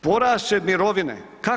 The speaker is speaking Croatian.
Porast će mirovine.